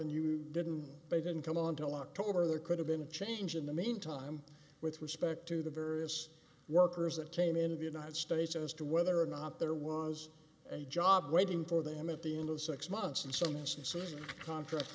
and you didn't they didn't come on till october there could have been a change in the mean time with respect to the various workers that came into the united states as to whether or not there was a job waiting for them at the end of six months in some instances contra